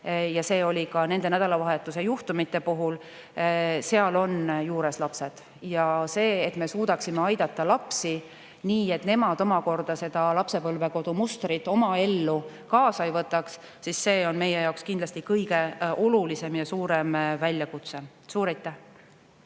ja see oli ka nende nädalavahetuse juhtumite puhul – seal on juures lapsed. See, et me suudaksime aidata lapsi, nii et nemad omakorda seda lapsepõlvekodu mustrit oma ellu kaasa ei võtaks, on meie jaoks kindlasti kõige olulisem ja suurem väljakutse. Suur